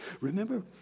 Remember